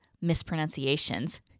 mispronunciations